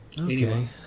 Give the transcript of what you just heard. Okay